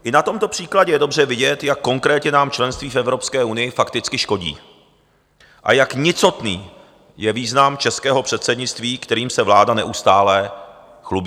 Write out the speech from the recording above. I na tomto příkladě je dobře vidět, jak konkrétně nám členství v Evropské unii fakticky škodí a jak nicotný je význam českého předsednictví, kterým se vláda neustále chlubí.